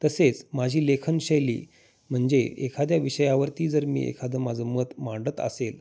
तसेच माझी लेखनशैली म्हणजे एखाद्या विषयावरती जर मी एखादं माझं मत मांडत असेल